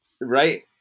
right